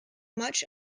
much